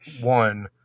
one